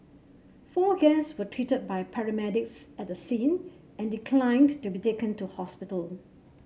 four guest were treated by paramedics at the scene and declined to be taken to hospital